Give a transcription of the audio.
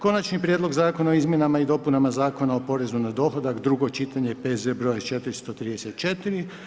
Konačni prijedlog Zakona o izmjenama i dopunama Zakona o porezu na dohodak, drugo čitanje, P.Z.E. br. 434.